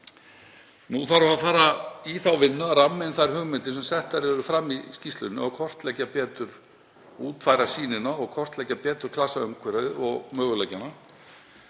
Nú þarf að fara í þá vinnu að ramma inn þær hugmyndir sem settar eru fram í skýrslunni og kortleggja betur og útfæra sýnina og kortleggja betur klasaumhverfið og möguleikana.